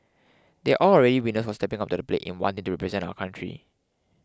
they are all already winners for stepping up to the plate in wanting to represent our country